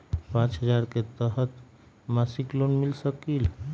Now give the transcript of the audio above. पाँच हजार के तहत मासिक लोन मिल सकील?